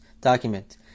document